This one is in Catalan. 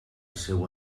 seu